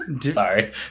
Sorry